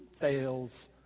fails